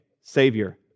Savior